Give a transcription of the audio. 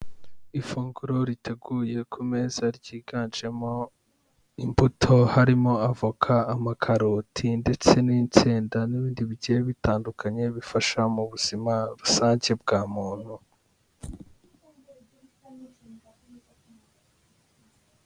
Ifunguro riteguye ku meza ryiganjemo imbuto harimo avoka, amakaroti ndetse n'insenda n'ibindi bigiye bitandukanye bifasha mu buzima rusange bwa muntu.